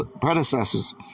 predecessors